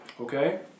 Okay